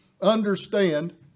understand